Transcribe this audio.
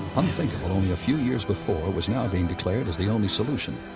unthinkable only a few years before, was now being declared as the only solution.